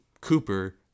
Cooper